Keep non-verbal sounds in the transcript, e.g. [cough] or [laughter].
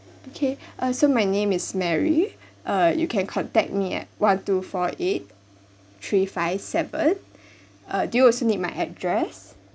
okay [breath] uh so my name is mary uh you can contact me at one two four eight three five seven [breath] uh do you also need my address